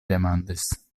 demandis